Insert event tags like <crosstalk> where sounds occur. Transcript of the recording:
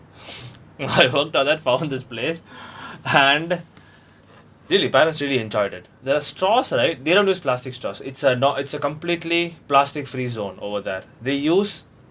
<noise> I work on that found this place <breath> and really parents really enjoyed it the straws right they don't use plastic straws it's a not it's a completely plastic free zone over there they use